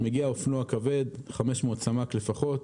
מגיע אופנוע כבד, 500 סמ"ק לפחות,